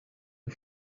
who